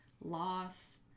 loss